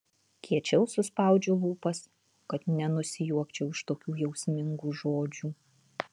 kiečiau suspaudžiu lūpas kad nenusijuokčiau iš tokių jausmingų žodžių